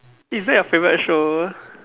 is that your favourite show